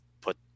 put